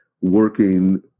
working